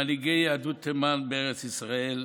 ממנהיגי יהדות תימן בארץ ישראל,